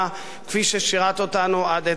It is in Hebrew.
כפי ששירת אותנו עד עצם היום הזה.